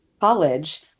college